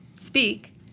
speak